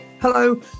Hello